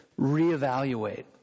reevaluate